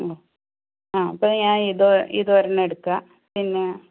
ആ അപ്പോൾ ഞാൻ ഇത് ഇതോരെണ്ണമെടുക്കാം പിന്നെ